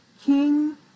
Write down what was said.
King